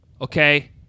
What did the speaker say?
okay